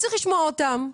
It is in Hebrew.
צריך לשמוע אותם,